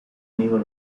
nieuwe